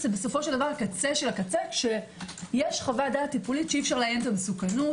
זה הקצה שבקצה שיש חוות דעת טיפולית שאי אפשר ל- - את המסוכנות